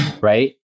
right